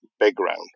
Background